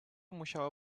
musiało